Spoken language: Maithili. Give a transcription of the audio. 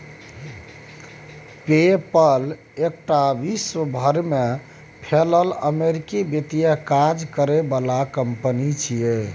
पे पल एकटा विश्व भरि में फैलल अमेरिकी वित्तीय काज करे बला कंपनी छिये